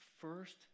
first